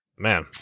Man